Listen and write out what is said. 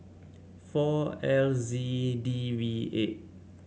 four L Z D V eight